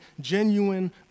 genuine